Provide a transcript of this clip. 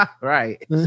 Right